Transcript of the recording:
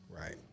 Right